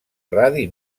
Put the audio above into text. radi